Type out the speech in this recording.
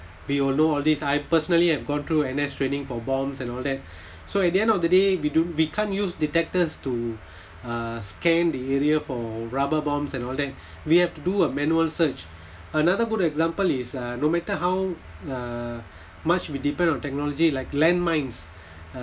we will know all these I personally have gone through N_S training for bombs and all that so at the end of the day we do we can't use detectors to uh scan the area for rubber bombs and all that we have to do a manual search another good example is uh no matter how uh much we depend on technology like land mines uh